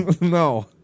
No